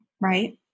right